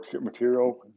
material